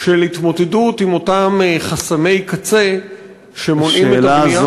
להתמודדות עם אותם חסמי קצה שמונעים את הבנייה,